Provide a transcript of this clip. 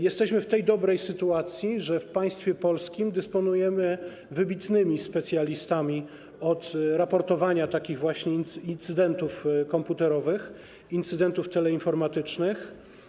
Jesteśmy w tej dobrej sytuacji, że w państwie polskim dysponujemy wybitnymi specjalistami od raportowania takich właśnie incydentów komputerowych, incydentów teleinformatycznych.